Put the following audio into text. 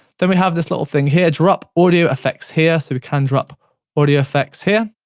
then, we have this little thing here. drop audio effects here, so we can drop audio effects here,